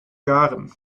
garen